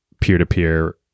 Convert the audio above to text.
peer-to-peer